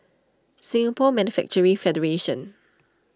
Singapore Manufacturing Federation